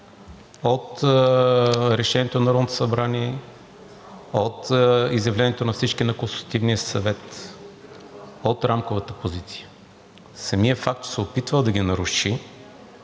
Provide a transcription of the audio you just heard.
от решението на Народното събрание, от изявлението на всички на Консултативния съвет, от рамковата позиция. Самият факт, че се е опитвал да ги наруши,